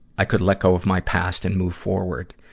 i could let go of my past and move forward.